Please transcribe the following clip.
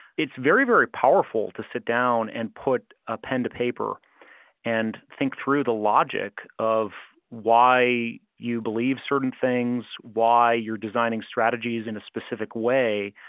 it's very, very powerful to sit down and put a pen to paper and think through the logic of why you believe certain things, why you're designing strategies in a specific way.